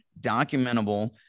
documentable